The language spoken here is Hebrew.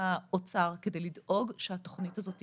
האוצר כדי לדאוג שהתוכנית הזאת תקרה.